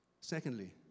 Secondly